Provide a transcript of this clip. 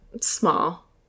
Small